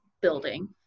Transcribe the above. building